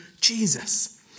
Jesus